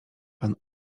pan